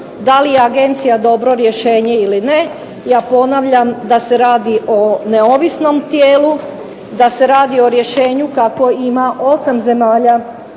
da li je agencija dobro rješenje ili ne. Ja ponavljam da se radi o neovisnom tijelu, da se radi o rješenju kakvo ima 8 zemalja